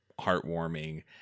heartwarming